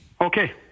Okay